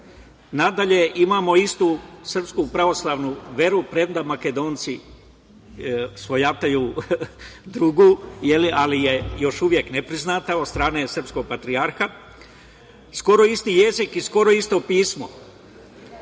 Nadalje, imamo istu srpsku pravoslavnu veru, premda Makedonci svojataju drugu, ali je još uvek ne priznata od strane srpskog patrijarha, skoro isti jezik i skoro isto pismo,